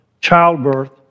childbirth